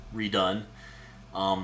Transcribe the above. redone